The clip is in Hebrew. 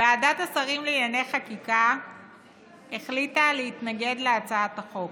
ועדת השרים לענייני חקיקה החליטה להתנגד להצעת החוק.